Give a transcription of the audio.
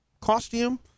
costume